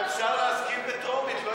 ואפשר להסכים בטרומית.